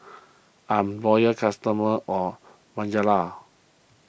I'm loyal customer of Bonjela